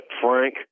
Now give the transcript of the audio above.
Frank